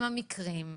עם המקרי.